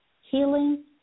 healing